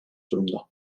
durumda